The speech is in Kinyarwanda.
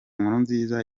nkurunziza